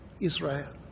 Israel